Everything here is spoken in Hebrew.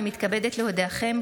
אני מתכבדת להודיעכם,